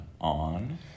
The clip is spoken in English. on